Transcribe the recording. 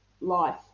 life